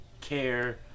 care